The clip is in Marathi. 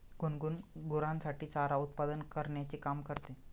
गुनगुन गुरांसाठी चारा उत्पादन करण्याचे काम करते